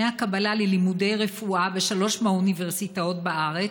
הקבלה ללימודי רפואה בשלוש מהאוניברסיטאות בארץ,